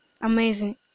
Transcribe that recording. amazing